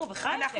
נו, בחייכם.